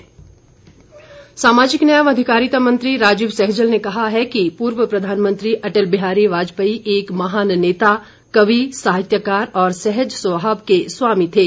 नेता शोक सामाजिक न्याय व अधिकारिता मंत्री राजीव सहजल ने कहा है कि पूर्व प्रधानमंत्री अटल बिहारी वाजपेयी एक महान नेता कवि साहित्यकार और सहज स्वभाव के स्वामी थे